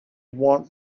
want